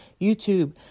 YouTube